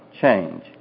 change